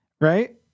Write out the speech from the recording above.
Right